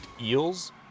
Eels